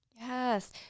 Yes